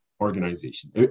organization